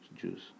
juice